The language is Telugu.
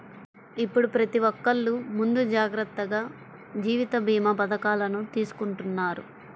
ఇప్పుడు ప్రతి ఒక్కల్లు ముందు జాగర్తగా జీవిత భీమా పథకాలను తీసుకుంటన్నారు